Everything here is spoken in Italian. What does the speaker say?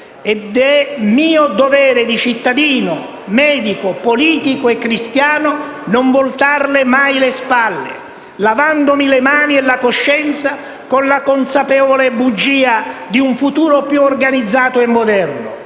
ed è mio dovere di cittadino, di medico, di politico e di cristiano non voltarle mai le spalle, lavandomi le mani e la coscienza con la consapevole bugia di un futuro più organizzato e moderno,